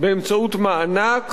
באמצעות מענק